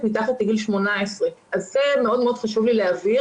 מתחת לגיל 18. אז זה מאוד חשוב לי להבהיר.